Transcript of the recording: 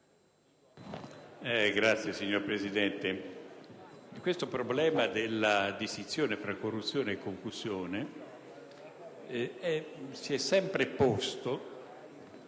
*(PD)*. Signor Presidente, il problema della distinzione tra corruzione e concussione si è sempre posto